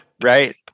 Right